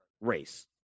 race